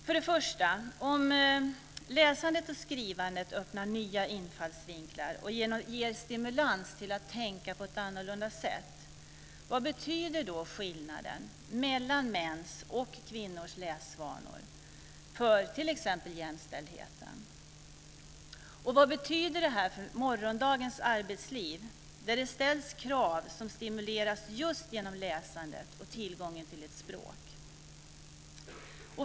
För det första: Om läsandet och skrivandet öppnar nya infallsvinklar och ger stimulans till att tänka på ett annorlunda sätt, vad betyder då skillnaden mellan mäns och kvinnors läsvanor för t.ex. jämställdheten? Vad betyder detta för morgondagens arbetsliv där det ställs krav som stimuleras just genom läsandet och tillgången till ett språk?